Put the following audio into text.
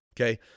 Okay